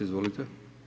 Izvolite.